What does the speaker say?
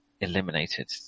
eliminated